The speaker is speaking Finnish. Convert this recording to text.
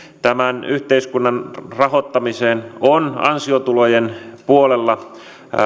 tämän yhteiskunnan rahoittamiseen on ansiotulojen puolella